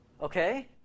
okay